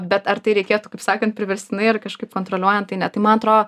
bet ar tai reikėtų kaip sakant priverstinai ar kažkaip kontroliuojant ne tai man atro